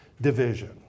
division